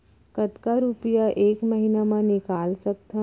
कतका रुपिया एक महीना म निकाल सकथन?